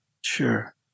Sure